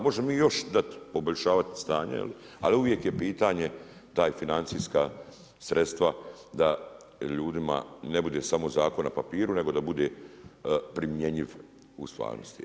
Možemo mi još dat poboljšavat stanje ali uvijek je pitanje taj financijska sredstva da ljudima ne bude samo zakon na papiru nego da bude primjenjiv u stvarnosti.